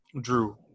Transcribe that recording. Drew